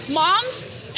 moms